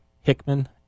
Hickman